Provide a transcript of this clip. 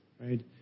right